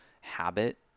habit